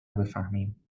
بفهمیم